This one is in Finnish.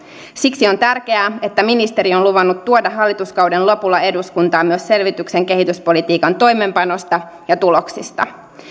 siksi on tärkeää että ministeri on luvannut tuoda hallituskauden lopulla eduskuntaan myös selvityksen kehityspolitiikan toimeenpanosta ja tuloksista